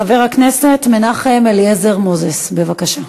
חבר הכנסת מנחם אליעזר מוזס, בבקשה.